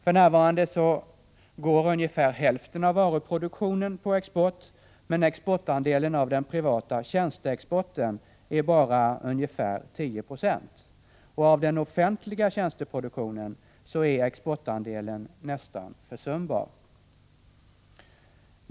För närvarande går ungefär hälften av varuproduktionen på export, men exportandelen när det gäller den privata tjänsteproduktionen är bara ungefär 10 90. Den offentliga tjänsteproduktionens exportandel är nästan försumbar.